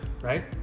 Right